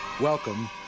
Welcome